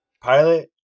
Pilot